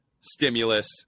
stimulus